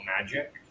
magic